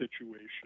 situation